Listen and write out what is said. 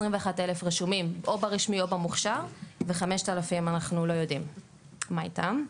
21,000 רשומים או ברשמי או במוכשר ו- 5000 אנחנו לא יודעים מה איתם.